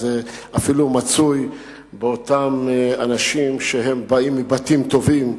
זה אפילו מצוי באותם אנשים שבאים מבתים טובים,